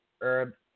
herb